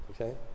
Okay